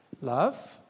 Love